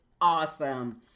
awesome